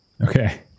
Okay